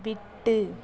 விட்டு